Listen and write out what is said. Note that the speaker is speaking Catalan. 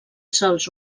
sols